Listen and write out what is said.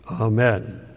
Amen